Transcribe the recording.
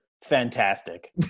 Fantastic